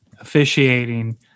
officiating